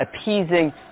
appeasing